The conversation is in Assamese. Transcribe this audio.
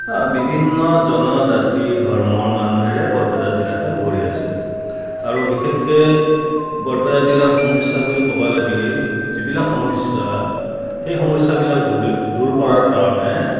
অঁ বিভিন্ন জনজাতি ধৰ্মৰ মানুহেৰে বৰপেটা জিলাখন ভৰি আছে আৰু বিশেষক বৰপেটা জিলাৰ সমস্যা বুলি ক'বা লাগলে যিবিলাক সমস্যা সেই সমস্যাবিলাক দূৰ দূৰ কৰাৰ কাৰণে